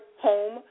home